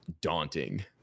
daunting